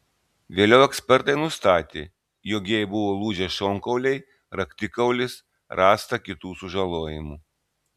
vėliau ekspertai nustatė jog jai buvo lūžę šonkauliai raktikaulis rasta kitų sužalojimų